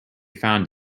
found